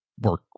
work